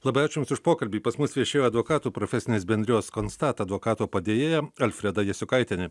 labai ačiū jums už pokalbį pas mus viešėjo advokatų profesinės bendrijos konstat advokato padėjėja alfreda jasiukaitienė